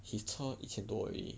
his 车一千多而已